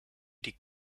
die